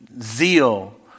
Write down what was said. zeal